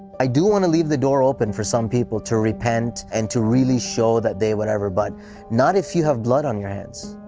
i do want to leave the door open for some people to repent and to really show that they whatever, but not if you have blood on your hands.